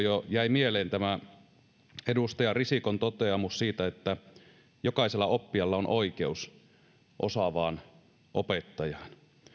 jo silloin jäi mieleen tämä edustaja risikon toteamus siitä että jokaisella oppijalla on oikeus osaavaan opettajaan